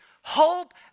hope